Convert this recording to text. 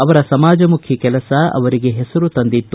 ಅವರ ಸಮಾಜಮುಖಿ ಕೆಲಸ ಅವರಿಗೆ ಹೆಸರು ತಂದಿತ್ತು